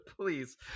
Please